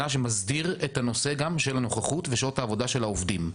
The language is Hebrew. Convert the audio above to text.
שמסדיר את הנושא גם של הנוכחות ושעות העבודה של העובדים.